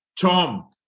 Tom